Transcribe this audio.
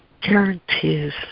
guarantees